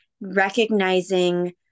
recognizing